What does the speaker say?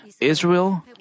Israel